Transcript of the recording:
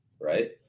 right